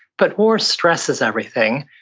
but war stresses everything.